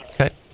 Okay